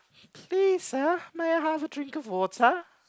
please sir may I have a drink of water